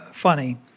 funny